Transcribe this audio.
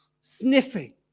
sniffing